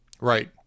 Right